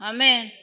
Amen